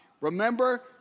Remember